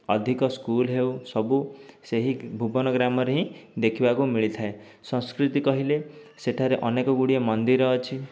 ଅଧିକ ସ୍କୁଲ୍ ହେଉ ସବୁ ସେହି ଭୁବନ ଗ୍ରାମରେ ହିଁ ଦେଖିବାକୁ ମିଳିଥାଏ ସଂସ୍କୃତି କହିଲେ ସେଠାରେ ଅନେକଗୁଡ଼ିଏ ମନ୍ଦିର ଅଛି